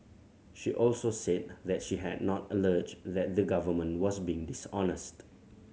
she also said that she had not alleged that the Government was being dishonest